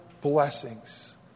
blessings